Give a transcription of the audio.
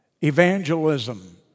evangelism